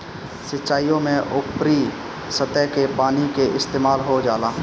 सिंचाईओ में ऊपरी सतह के पानी के इस्तेमाल हो जाला